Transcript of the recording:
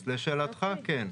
אז לשאלתך, כן.